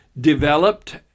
developed